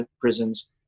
prisons